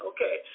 Okay